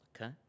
Okay